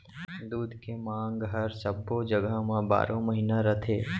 दूद के मांग हर सब्बो जघा म बारो महिना रथे